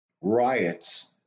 riots